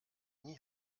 nie